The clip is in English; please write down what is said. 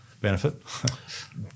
Benefit